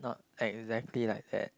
not exactly like that